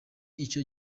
icyo